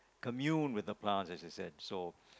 commune with the plants as i've said so